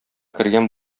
кергән